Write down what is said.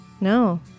No